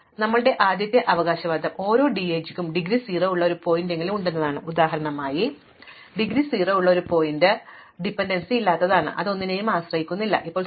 അതിനാൽ ഞങ്ങളുടെ ആദ്യത്തെ അവകാശവാദം ഓരോ DAG നും ഡിഗ്രി 0 ഉള്ള ഒരു ശീർഷകമെങ്കിലും ഉണ്ടെന്നതാണ് ഉദാഹരണമായി ഡിഗ്രി 0 ഉള്ള ഒരു ശീർഷകം ആശ്രിതത്വമില്ലാത്ത ഒന്നാണ് അത് ഒന്നിനെയും ആശ്രയിക്കുന്നില്ല ഇത് ഒന്നും ചൂണ്ടിക്കാണിക്കുന്നില്ല